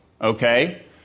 okay